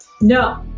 No